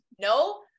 No